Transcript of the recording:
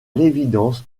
l’évidence